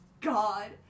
God